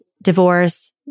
divorce